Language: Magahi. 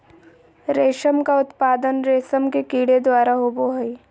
रेशम का उत्पादन रेशम के कीड़े द्वारा होबो हइ